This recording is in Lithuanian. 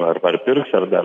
ar ar pirks ar dar